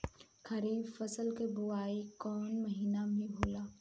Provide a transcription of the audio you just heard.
खरीफ फसल क बुवाई कौन महीना में होला?